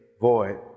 void